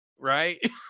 Right